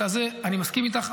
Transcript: אני מסכים איתך.